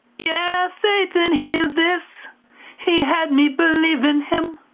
yeah satan hears this he had me believe in him.